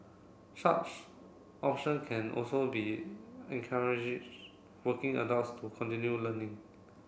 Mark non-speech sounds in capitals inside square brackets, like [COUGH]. such option can also be [NOISE] encourages working adults to continue learning